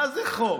מה זה חוק?